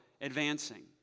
advancing